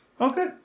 Okay